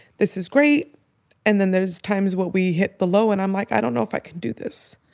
this is great and then there's times what we hit the low and i'm like, i don't know if i can do this